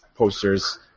posters